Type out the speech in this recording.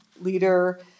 leader